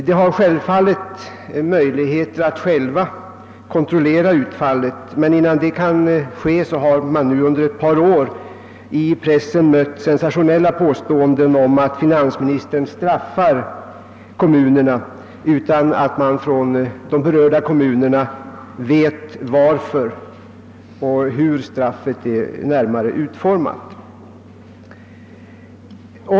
Dessa har självfallet möjlighet att själva kontrollera utfallet, men innan detta kan ske har man nu under ett par år i pressen mött sensationella påståenden om att finansministern »straffar« kommunerna utan att dessa vet varför och hur »straffet» närmare är utformat.